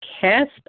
cast